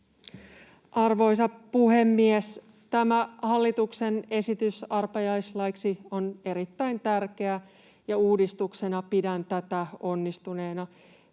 Arvoisa puhemies! Tämä hallituksen esitys arpajaislaiksi on erittäin tärkeä, ja uudistuksena pidän tätä onnistuneena.